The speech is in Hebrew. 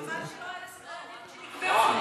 חבל שלא אלה סדרי הדיון שנקבעו.